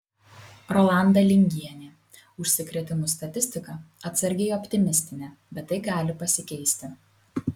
rolanda lingienė užsikrėtimų statistika atsargiai optimistinė bet tai gali pasikeisti